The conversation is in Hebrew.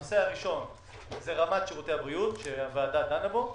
הנושא הראשון זה רמת שירותי הבריאות שהוועדה דנה בו.